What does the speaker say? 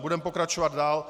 Budeme pokračovat dál.